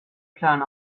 plan